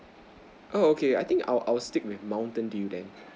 oh okay I think I'll I will stick with mountain dew then